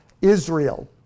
Israel